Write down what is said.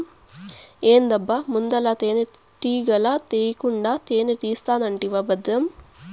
ఏందబ్బా ముందల తేనెటీగల తీకుండా తేనే తీస్తానంటివా బద్రం